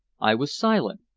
i was silent.